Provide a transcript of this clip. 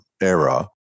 era